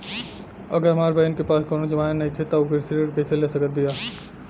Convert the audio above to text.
अगर हमार बहिन के पास कउनों जमानत नइखें त उ कृषि ऋण कइसे ले सकत बिया?